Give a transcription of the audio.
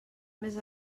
més